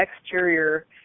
exterior